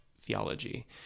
theology